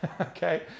okay